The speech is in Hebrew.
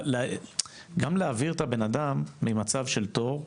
גם להעביר את הבנאדם ממצב של תור,